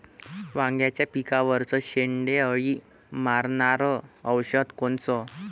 वांग्याच्या पिकावरचं शेंडे अळी मारनारं औषध कोनचं?